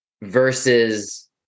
versus